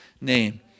name